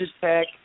Tech